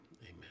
Amen